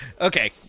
Okay